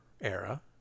era